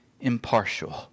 Impartial